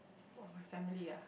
oh my family ah